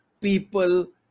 people